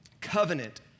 Covenant